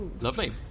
lovely